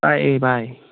ꯇꯥꯏꯌꯦ ꯚꯥꯏ